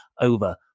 over